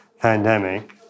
pandemic